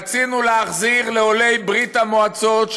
רצינו להחזיר לעולי ברית המועצות,